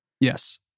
Yes